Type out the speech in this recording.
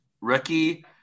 Rookie